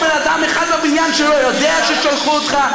יש פה בן אדם אחד בבניין שלא יודע ששלחו אותך?